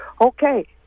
Okay